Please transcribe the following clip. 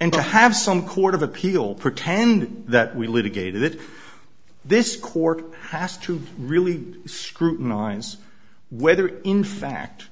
and to have some court of appeal pretend that we litigated it this court has to really scrutinize whether in fact